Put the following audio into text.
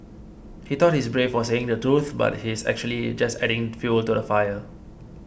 he thought he's brave for saying the truth but he's actually just adding fuel to the fire